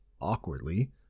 awkwardly